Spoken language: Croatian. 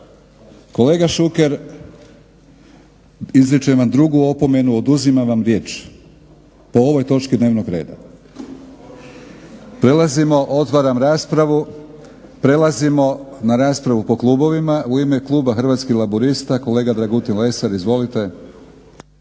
Kolega Šuker izričem vam drugu opomenu, oduzimam vam riječ po ovoj točki dnevnog reda. Otvaram raspravu. Prelazimo na raspravu po klubovima. U ime kluba Hrvatskih laburista kolega Dragutin Lesar. Izvolite.